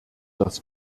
das